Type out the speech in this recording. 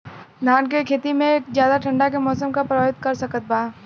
धान के खेती में ज्यादा ठंडा के मौसम का प्रभावित कर सकता बा?